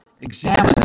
Examine